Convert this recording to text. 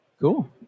Cool